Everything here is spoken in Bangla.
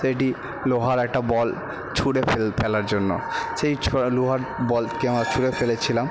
এটি লোহার একটা বল ছুঁড়ে ফেল ফেলার জন্য সেই লোহার বলকে ছুড়ে ফেলেছিলাম